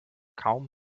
kaum